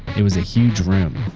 it was a huge room.